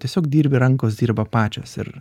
tiesiog dirbi rankos dirba pačios ir